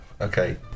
Okay